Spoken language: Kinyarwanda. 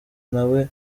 nawe